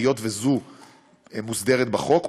היות שזו מוסדרת בחוק,